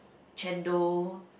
chendol